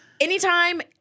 Anytime